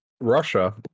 Russia